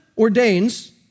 ordains